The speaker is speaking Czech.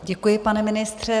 Děkuji, pane ministře.